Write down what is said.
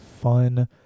fun